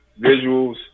visuals